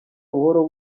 buhoro